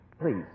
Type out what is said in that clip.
Please